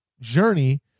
journey